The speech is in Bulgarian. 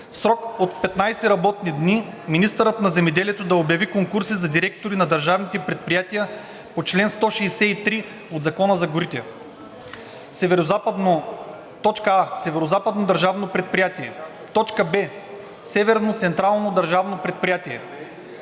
срок от 15 работни дни министърът на земеделието да обяви конкурси за директори на държавните предприятия по чл. 163 от Закона за горите: а) Северозападно държавно предприятие; б) Северно централно държавно предприятие;